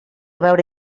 veure